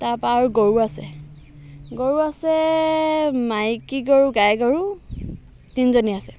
তাপা আৰু গৰু আছে গৰু আছে মাইকী গৰু গাই গৰু তিনিজনী আছে